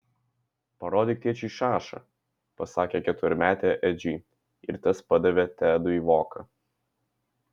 parodyk tėčiui šašą pasakė keturmetė edžiui ir tas padavė tedui voką